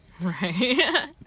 Right